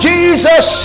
Jesus